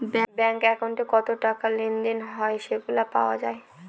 bank একাউন্টে কত টাকা লেনদেন হয় সেগুলা পাওয়া যায়